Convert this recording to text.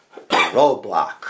Roadblock